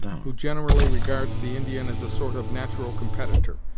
who generally regards the indian as a sort of natural competitor,